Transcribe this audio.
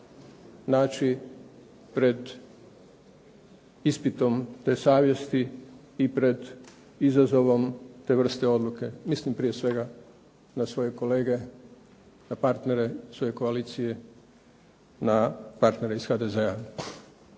naći pred ispitom te savjesti i pred izazovom te vrste odluke. Mislim prije svega na svoje kolege, ne partnere svoje koalicije, na partnere iz HDZ-a.